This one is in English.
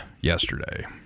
yesterday